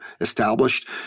established